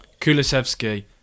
Kulisevsky